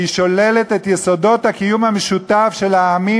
והוא שולל את יסודות הקיום המשותף של העמים